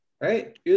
right